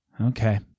Okay